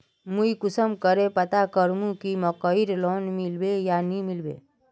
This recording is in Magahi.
मुई कुंसम करे पता करूम की मकईर लोन मिलबे या नी मिलबे?